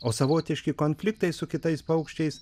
o savotiški konfliktai su kitais paukščiais